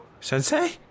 Sensei